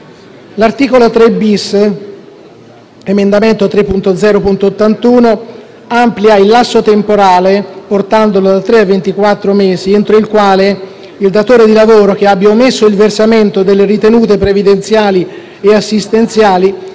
L'articolo 3-*bis* (emendamento 3.0.81 (testo 3)) amplia il lasso temporale (portandolo da tre a ventiquattro mesi) entro il quale il datore di lavoro che abbia omesso il versamento delle ritenute previdenziali e assistenziali